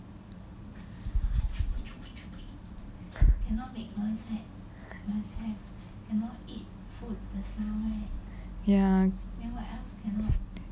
ya